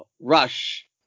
rush